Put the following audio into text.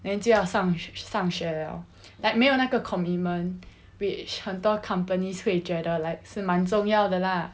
then 就要上上学 liao like 没有那个 commitment which 很多 companies 会觉得 like 是蛮重要的 lah